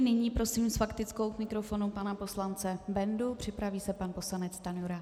Nyní prosím s faktickou pana poslance Bendu, připraví se pan poslanec Stanjura.